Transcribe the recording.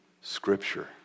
Scripture